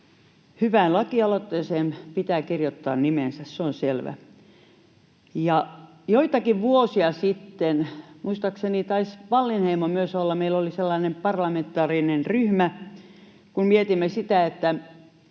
Hyvään lakialoitteeseen pitää kirjoittaa nimensä, se on selvä. Joitakin vuosia sitten — muistaakseni taisi myös Wallinheimo olla mukana — meillä oli sellainen parlamentaarinen ryhmä, jossa mietimme sitä, minkä